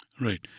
Right